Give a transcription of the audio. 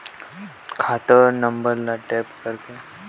मोर खाता ले दुसर झन ल पईसा भेजे बर सरल उपाय कौन हे?